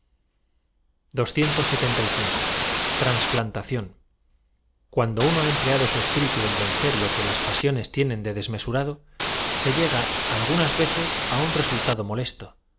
obra ransplantación uando uno ha empleado su espirita en ven cer lo que las pasiones tienen de desmesurado se llega alguaas veces á un resultado molesto